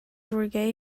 reggae